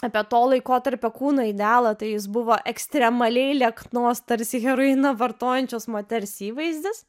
apie to laikotarpio kūno idealą tai jis buvo ekstremaliai lieknos tarsi heroiną vartojančios moters įvaizdis